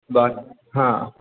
बाकी हां